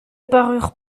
parurent